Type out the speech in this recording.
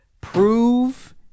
Prove